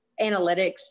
analytics